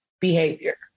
behavior